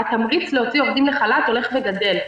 התמריץ להוציא עובדים לחל"ת הולך וגדל.